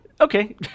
Okay